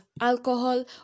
alcohol